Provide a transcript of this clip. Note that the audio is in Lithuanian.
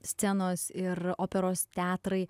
scenos ir operos teatrai